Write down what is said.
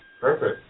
Perfect